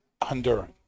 Honduran